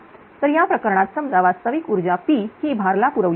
तर या प्रकरणात समजा वास्तविक ऊर्जा P ही भार ला पुरवली आहे